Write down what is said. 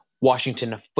Washington